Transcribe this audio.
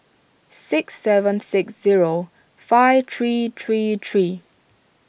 six seven six zero five three three three